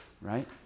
Right